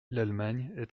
l’allemagne